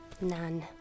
None